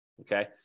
Okay